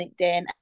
LinkedIn